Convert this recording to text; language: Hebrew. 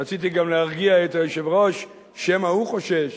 רציתי גם להרגיע את היושב-ראש, שמא הוא חושש